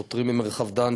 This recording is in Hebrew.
שוטרים ממרחב-דן,